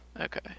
Okay